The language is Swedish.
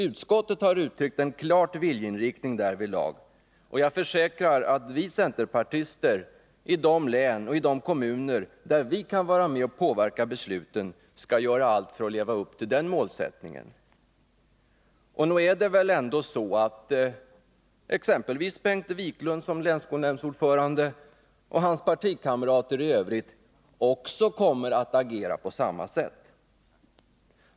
Utskottet har uttryckt en klar viljeinriktning därvidlag, och jag försäkrar att vi centerpartister i de län och i de kommuner där vi kan vara med och påverka besluten skall göra allt för att leva upp till den målsättningen. Och nog är det väl ändå så, att exempelvis Bengt Wiklund som länsskolnämndsordförande och hans partikamrater också kommer att agera på samma sätt.